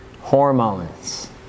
hormones